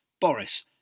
Boris